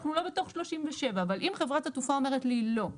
אנחנו לא בתוך 37. אבל אם חברת התעופה אומרת לי לא,